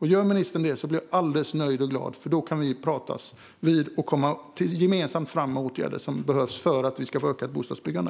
Gör ministern detta blir jag alldeles nöjd och glad, för då kan vi pratas vid och gemensamt komma fram med åtgärder för att vi ska få ökat bostadsbyggande.